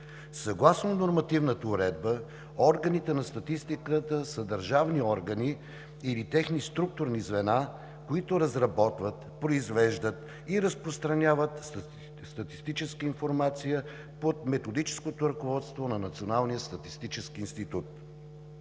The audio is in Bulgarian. Съгласно нормативната уредба органите на статистиката са държавни органи или техни структурни звена, които разработват, произвеждат и разпространяват статистическа информация под методическото ръководство на Националния статистически институт